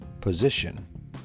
position